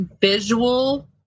visual